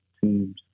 teams